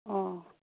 ꯑꯣ